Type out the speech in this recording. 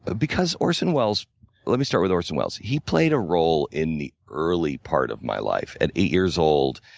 because orson welles let me start with orson welles. he played a role in the early part of my life. at eight years old,